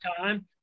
time